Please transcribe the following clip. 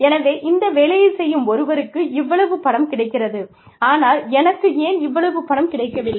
எனவே இந்த வேலையைச் செய்யும் ஒருவருக்கு இவ்வளவு பணம் கிடைக்கிறது ஆனால் எனக்கு ஏன் இவ்வளவு பணம் கிடைக்கவில்லை